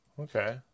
Okay